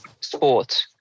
sport